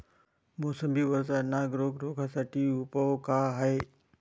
मोसंबी वरचा नाग रोग रोखा साठी उपाव का हाये?